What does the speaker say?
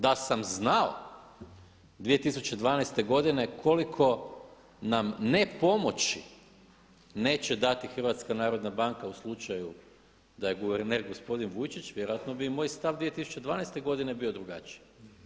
Da sam znao 2012. godine koliko nam ne pomoći neće dati HNB u slučaju da je guverner gospodin Vujčić vjerojatno bi i moj stav 2012. bio drugačiji.